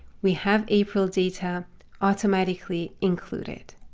we have april data automatically included.